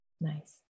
nice